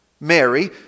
Mary